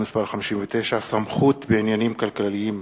מס' 59) (סמכות בעניינים כלכליים),